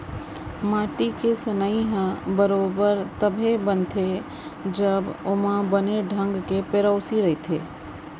माटी के सनई ह बरोबर तभे बनथे जब ओमा बने ढंग के पेरौसी रइथे